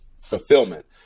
fulfillment